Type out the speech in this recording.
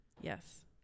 Yes